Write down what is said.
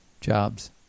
jobs